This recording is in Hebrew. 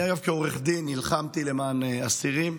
אני, אגב, כעורך דין, נלחמתי למען אסירים,